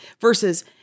versus